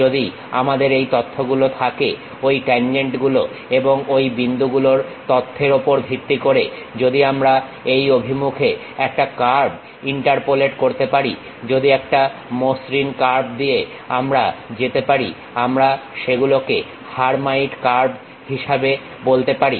যদি আমাদের এই তথ্যগুলো থাকে ঐ ট্যানজেন্টগুলো এবং ঐ বিন্দুগুলোর তথ্যের ওপর ভিত্তি করে যদি আমরা এই অভিমুখে একটা কার্ভ ইন্টারপোলেট করতে পারি যদি একটা মসৃণ কার্ভ দিয়ে আমরা যেতে পারি আমরা সেগুলোকে হারমাইট কার্ভ হিসাবে বলতে পারি